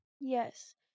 Yes